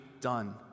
done